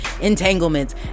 Entanglements